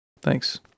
Thanks